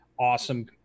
awesome